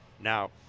now